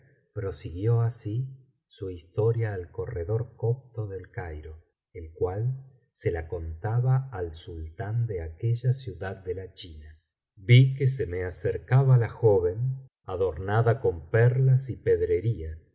prosiguió así su historia al corredor copto del cairo el cual se la contaba al sultán de aquella ciudad de la china vi que se me acercaba la joven adornada con perlas y pedrería